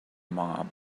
mob